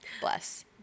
bless